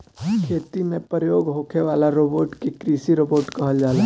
खेती में प्रयोग होखे वाला रोबोट के कृषि रोबोट कहल जाला